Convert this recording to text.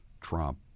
Trump